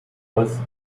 was